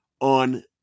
on